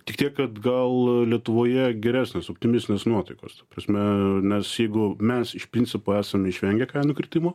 tik tiek kad gal lietuvoje geresnės optimistinės nuotaikos ta prasme nes jeigu mes iš principo esame išvengę kainų kritimo